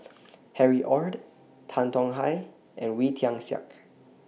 Harry ORD Tan Tong Hye and Wee Tian Siak